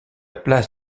place